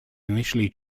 initially